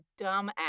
dumbass